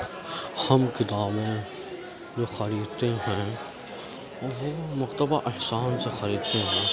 ہم کتابوں کو خریدتے ہیں وہ مکتبہ احسان سے خریدتے ہیں